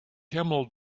camel